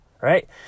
right